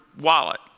wallet